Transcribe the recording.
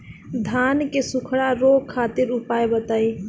धान के सुखड़ा रोग खातिर उपाय बताई?